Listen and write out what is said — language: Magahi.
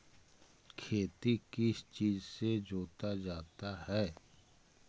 खेती किस चीज से जोता जाता है?